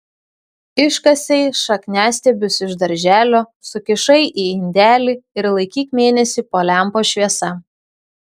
iškasei šakniastiebius iš darželio sukišai į indelį ir laikyk mėnesį po lempos šviesa